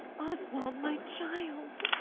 oswald my child!